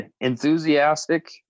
enthusiastic